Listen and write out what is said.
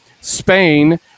Spain